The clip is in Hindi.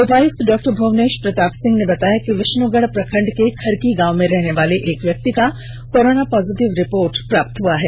उपायुक्त डॉ भुवनेश प्रताप सिंह ने बताया कि विष्णुगढ़ प्रखंड के खरकी गांव में रहने वाले एक व्यक्ति का कोरोना पॉजिटिव रिपोर्ट प्राप्त हुआ है